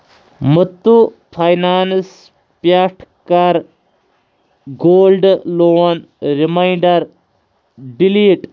Muthoot finance پٮ۪ٹھ کَر gold loan reminder delete